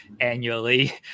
annually